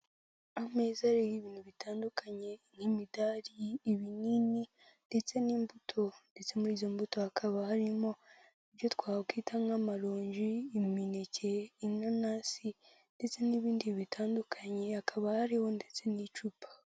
Ameza ariho ibintu bitandukanye nk'imidari, ibinini ndetse n'imbuto ndetse muri izo mbuto hakaba harimo ibyo twakwita nk'amaronji, imineke, inanasi ndetse n'ibindi bitandukanye hakaba hariho ndetse n'icupa.